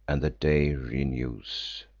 and the day renews.